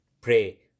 Pray